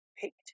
picked